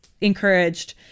encouraged